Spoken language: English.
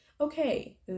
okay